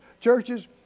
churches